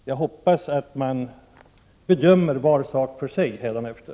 Jag hoppas att man bedömer var sak för sig hädanefter.